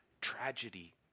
tragedy